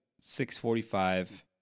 6.45